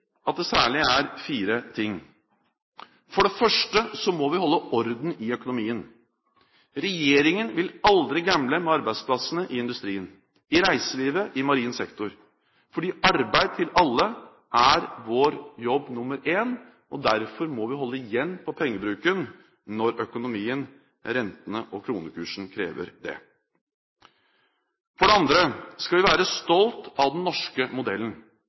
at det særlig er fire ting: For det første må vi holde orden i økonomien. Regjeringen vil aldri gamble med arbeidsplassene i industrien, i reiselivet, i marin sektor, fordi arbeid til alle er vår jobb nummer én. Derfor må vi holde igjen på pengebruken når økonomien, rentene og kronekursen krever det. For det andre skal vi være stolte av den norske modellen